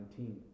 2019